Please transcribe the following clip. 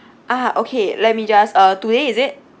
ah okay let me just uh today is it